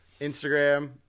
Instagram